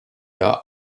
jahr